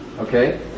Okay